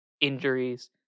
injuries